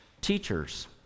teachers